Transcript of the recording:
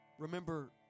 Remember